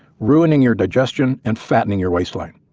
ruining your digestion, and fattening your waistline.